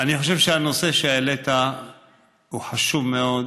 אני חושב שהנושא שהעלית הוא חשוב מאוד,